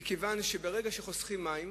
מכיוון שברגע שחוסכים מים